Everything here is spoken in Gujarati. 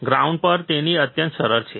તેથી તે અત્યંત સરળ છે